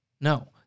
No